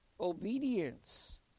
obedience